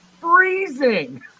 freezing